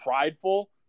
prideful